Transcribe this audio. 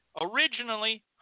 Originally